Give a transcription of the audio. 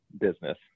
business